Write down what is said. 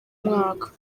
mwaka